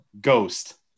Ghost